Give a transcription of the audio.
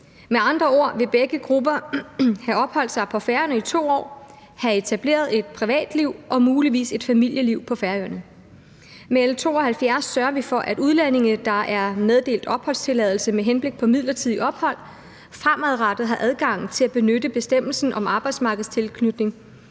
Med andre ord vil begge grupper have opholdt sig på Færøerne i 2 år og etableret et privatliv og muligvis et familieliv på Færøerne. Med L 72 sørger vi for, at udlændinge, der er meddelt opholdstilladelse med henblik på midlertidigt ophold, fremadrettet har adgang til at benytte bestemmelsen om arbejdsmarkedstilknytning